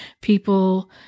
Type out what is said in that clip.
people